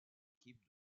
équipe